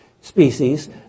species